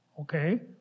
okay